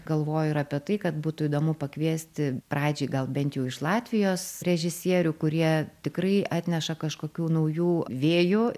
galvoju ir apie tai kad būtų įdomu pakviesti pradžiai gal bent jau iš latvijos režisierių kurie tikrai atneša kažkokių naujų vėjų